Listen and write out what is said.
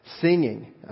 singing